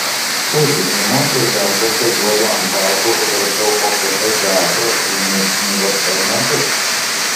taigi imu ir dar kartą juodu ant balto užrašau okt teatro kilmės knygos fragmentus